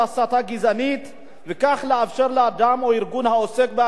וכך לאפשר לאדם או הארגון העוסק בהגנה על זכויות